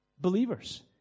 believers